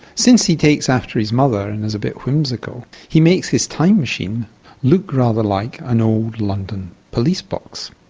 since he takes after his mother and is a bit whimsical, he makes his time machine look rather like an old london police box.